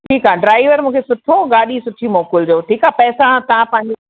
ठीकु आहे ड्राइवर मूंखे सुठो गाॾी सुठी मोकिलिजो ठीकु आहे पैसा तव्हां पंहिंजे